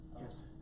yes